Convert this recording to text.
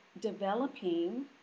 developing